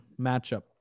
matchup